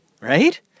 right